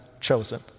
chosen